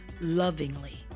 lovingly